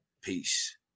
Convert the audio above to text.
Peace